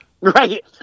Right